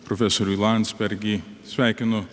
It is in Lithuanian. profesorių landsbergį sveikinu